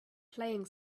playing